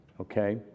okay